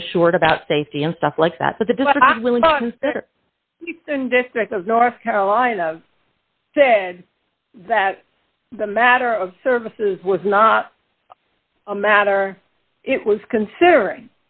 be assured about safety and stuff like that but the district and district of north carolina said that the matter of services was not a matter it was considering